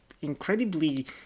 incredibly